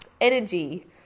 energy